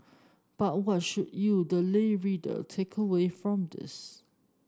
but what should you the lay reader take away from this